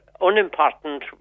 unimportant